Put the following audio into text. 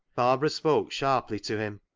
barbara spoke sharply to him.